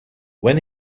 when